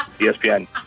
ESPN